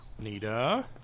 Nita